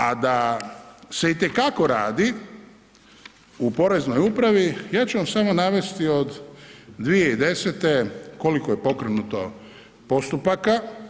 A da se i te kako radi u poreznoj upravi, ja ću vam samo navesti od 2010. koliko je pokrenuto postupaka.